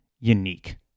unique